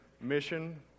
mission